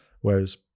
whereas